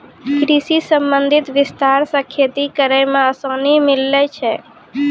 कृषि संबंधी विस्तार से खेती करै मे आसानी मिल्लै छै